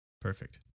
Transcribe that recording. perfect